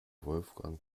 wolfgang